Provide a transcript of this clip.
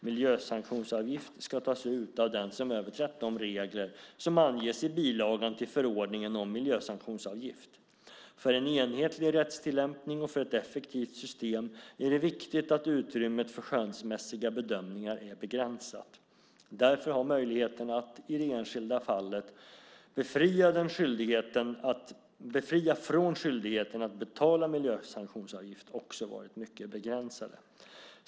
Miljösanktionsavgift ska tas ut av den som överträtt de regler som anges i bilagan till förordningen om miljösanktionsavgift. För en enhetlig rättstillämpning och för ett effektivt system är det viktigt att utrymmet för skönsmässiga bedömningar är begränsat. Därför har möjligheterna att i det enskilda fallet befria från skyldigheten att betala miljösanktionsavgift också varit mycket begränsade.